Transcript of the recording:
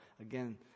again